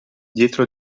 dietro